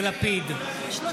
בזכות גנץ יש לכם חיוך על הפנים.